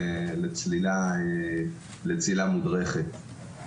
לצלילה מודרכת.